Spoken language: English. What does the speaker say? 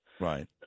Right